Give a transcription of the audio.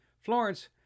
Florence